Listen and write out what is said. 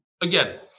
again